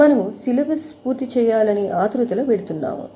మనము ప్రస్తుతము ఆతురుతలో వెళ్తున్నాము